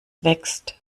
wächst